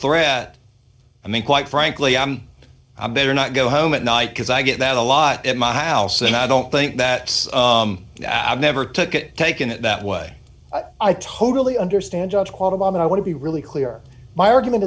threat i mean quite frankly i'm i'm better not go home at night because i get that a lot at my house and i don't think that i never took it taken it that way i totally understand judge quite a bomb and i want to be really clear my argument